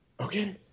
Okay